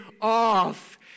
off